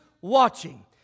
watching